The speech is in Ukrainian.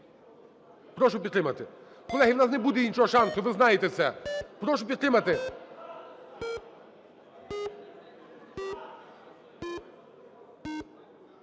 Прошу підтримати. Колеги, у нас не буде іншого шансу, ви знаєте це. Прошу підтримати.